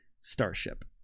Starship